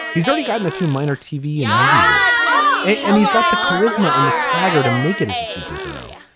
he's already gotten a few minor tv and movie roles and he's got the charisma and the swagger to make it as a superhero.